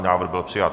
Návrh byl přijat.